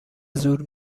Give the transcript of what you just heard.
زور